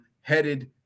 headed